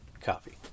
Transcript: coffee